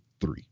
three